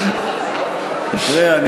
תראה,